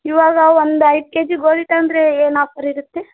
ಇವಾಗ ಒಂದು ಐದು ಕೆಜಿ ಗೋಧಿ ತಗೊಂಡ್ರೆ ಏನು ಆಫರ್ ಇರುತ್ತೆ